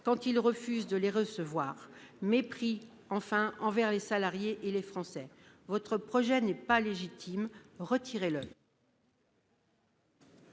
qu'il refuse de recevoir. Mépris envers les salariés et les Français. Votre projet n'est pas légitime, retirez-le